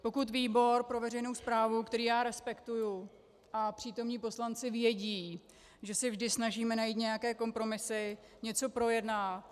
Pokud výbor pro veřejnou správu, který já respektuji, a přítomní poslanci vědí, že se vždy snažíme najít nějaké kompromisy, něco projednat.